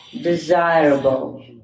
desirable